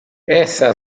essa